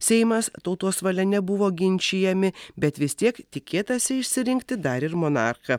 seimas tautos valia nebuvo ginčijami bet vis tiek tikėtasi išsirinkti dar ir monarchą